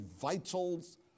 vitals